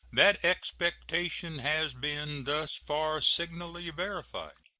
that expectation has been thus far signally verified.